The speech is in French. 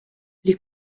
les